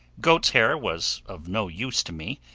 goat's hair was of no use to me,